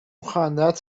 خندت